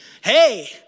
hey